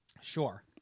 Sure